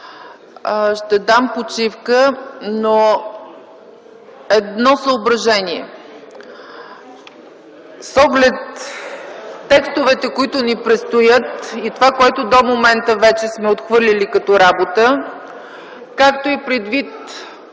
Ще дам почивка, но имам едно съображение. С оглед текстовете, които ни предстоят и това, което до момента вече сме отхвърлили като работа, както и предвид